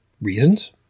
reasons